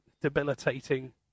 debilitating